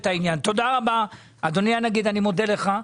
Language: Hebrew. תודה רבה, אדוני הנגיד, אני מודה לך.